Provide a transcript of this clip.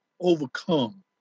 overcome